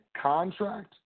contract